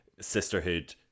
sisterhood